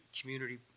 community